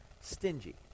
stingy